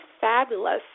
fabulous